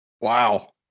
Wow